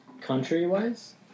country-wise